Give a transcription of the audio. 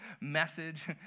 message